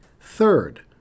Third